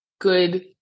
good